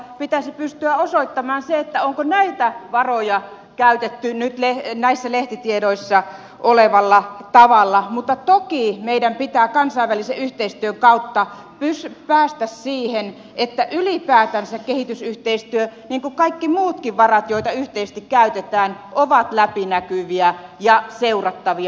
pitäisi pystyä osoittamaan se onko näitä varoja käytetty nyt näissä lehtitiedoissa olevalla tavalla mutta toki meidän pitää kansainvälisen yhteistyön kautta päästä siihen että ylipäätänsä kehitysyhteistyövarat niin kuin kaikki muutkin varat joita yhteisesti käytetään ovat läpinäkyviä ja seurattavia